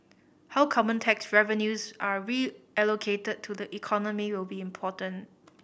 how carbon tax revenues are reallocated to the economy will be important